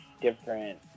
different